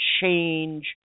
change